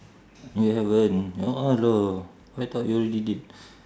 you haven't ya allah I thought you already did